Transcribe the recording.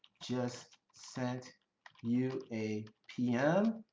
just sent you a pm,